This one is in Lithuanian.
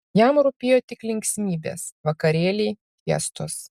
jam rūpėjo tik linksmybės vakarėliai fiestos